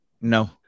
No